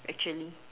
actually